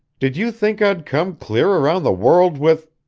did you think i'd come clear around the world with.